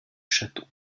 château